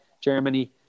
Germany